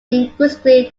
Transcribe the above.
increasingly